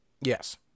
yes